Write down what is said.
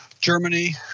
Germany